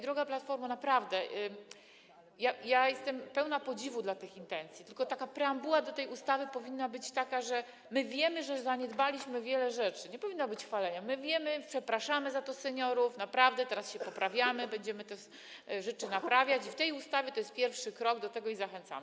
Droga Platformo, naprawdę jestem pełna podziwu dla tych intencji, tylko preambuła do tej ustawy powinna być taka: my wiemy, że zaniedbaliśmy wiele rzeczy - nie powinno być chwalenia - my wiemy, przepraszamy za to seniorów, naprawdę teraz się poprawiamy, będziemy te rzeczy naprawiać i w tej ustawie jest pierwszy krok do tego i zachęcamy.